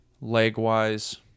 Leg-wise